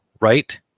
right